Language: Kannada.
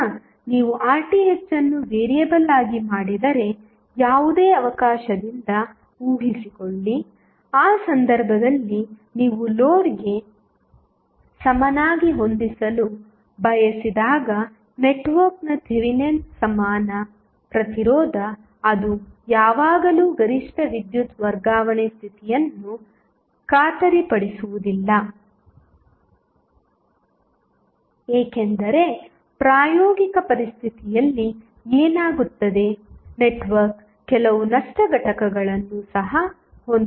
ಈಗ ನೀವು RTh ಅನ್ನು ವೇರಿಯೇಬಲ್ ಆಗಿ ಮಾಡಿದರೆ ಯಾವುದೇ ಅವಕಾಶದಿಂದ ಊಹಿಸಿಕೊಳ್ಳಿ ಆ ಸಂದರ್ಭದಲ್ಲಿ ನೀವು ಲೋಡ್ಗೆ ಸಮನಾಗಿ ಹೊಂದಿಸಲು ಬಯಸಿದಾಗ ನೆಟ್ವರ್ಕ್ನ ಥೆವೆನಿನ್ ಸಮಾನ ಪ್ರತಿರೋಧ ಅದು ಯಾವಾಗಲೂ ಗರಿಷ್ಠ ವಿದ್ಯುತ್ ವರ್ಗಾವಣೆ ಸ್ಥಿತಿಯನ್ನು ಖಾತರಿಪಡಿಸುವುದಿಲ್ಲ ಏಕೆಂದರೆ ಪ್ರಾಯೋಗಿಕ ಪರಿಸ್ಥಿತಿಯಲ್ಲಿ ಏನಾಗುತ್ತದೆ ನೆಟ್ವರ್ಕ್ ಕೆಲವು ನಷ್ಟ ಘಟಕಗಳನ್ನು ಸಹ ಹೊಂದಿರುತ್ತದೆ